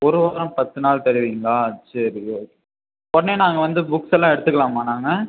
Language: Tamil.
ஒரு வாரம் பத்து நாள் தருவீங்களா சரி உடனே நாங்கள் வந்து புக்ஸெல்லாம் எடுத்துக்கலாமா நாங்கள்